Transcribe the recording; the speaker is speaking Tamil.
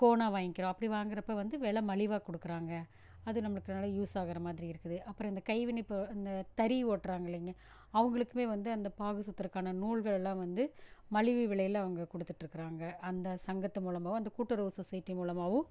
கோனாக வாங்கிக்கிறோம் அப்படி வாங்கிறப்ப வந்து விலை மலிவாக கொடுக்குறாங்க அது நம்மளுக்கு நல்ல யூஸ் ஆகிற மாதிரி இருக்குது அப்புறம் இந்த கைவினைப் பொ இந்த தறி ஓட்டுறாங்க இல்லைங்க அவங்களுக்குமே வந்து அந்த பாகு சுற்றுறக்கான நூல்கள் எல்லாம் வந்து மலிவு விலையில் அவங்க கொடுத்துட்ருக்குறாங்க அந்த சங்கத்து மூலமாகவும் அந்த கூட்டுறவு சொசைட்டி மூலமாகவும்